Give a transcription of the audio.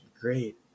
great